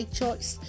choice